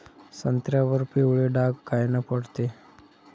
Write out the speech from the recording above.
संत्र्यावर पिवळे डाग कायनं पडते?